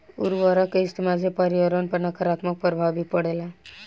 उर्वरक के इस्तमाल से पर्यावरण पर नकारात्मक प्रभाव भी पड़ेला